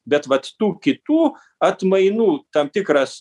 bet vat tų kitų atmainų tam tikras